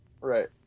Right